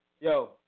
Yo